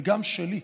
וגם שלי,